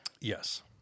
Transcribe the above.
Yes